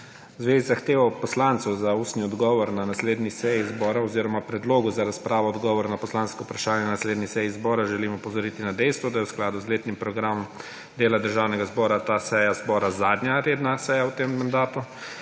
z zahtevo poslancev za ustni odgovor na naslednji seji zbora oziroma predlogom za razpravo o odgovor na poslansko vprašanje na naslednji seji zbora želim opozoriti na dejstvo, da je v skladu z letnim programom dela Državnega zbora ta seja zbora zadnja redna seja v tem mandatu.